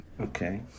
Okay